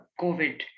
COVID